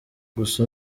gusa